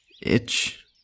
itch